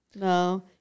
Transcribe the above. No